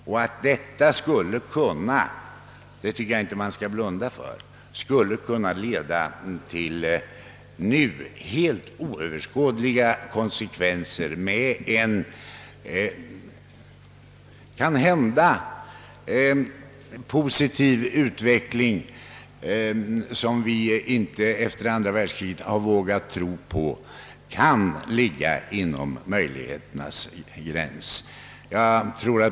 Jag tycker inte man skall blunda för att det kan leda till nu helt oöverskådliga konsekvenser och måhända till en positiv utveckling, som vi inte tidigare efter andra världskriget har vågat tro kunde ligga inom möjligheternas gräns.